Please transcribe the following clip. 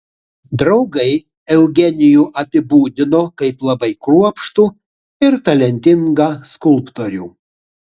draugai eugenijų apibūdino kaip labai kruopštų ir talentingą skulptorių